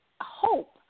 hope